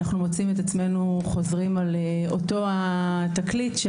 אנחנו מוצאים את עצמנו חוזרים על אותו תקליט של